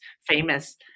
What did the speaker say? famous